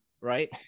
right